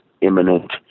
imminent